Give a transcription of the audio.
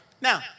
Now